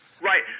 Right